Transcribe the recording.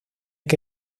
que